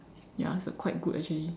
ya it's quite good actually